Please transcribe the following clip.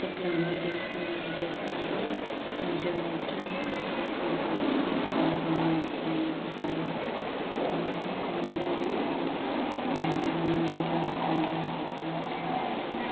technology ଯୋଗୁଁ ଆମେ ଇଣ୍ଟର୍ନେଟରେେ ସବୁ କରିପାରୁଛୁ କମ ସମୟ ଭିତରେ ଆମେ ଘରେ ବି ସବୁ ମନୋରଞ୍ଜନ ରଞ୍ଜନ କରିପାରୁଛୁ